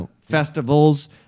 festivals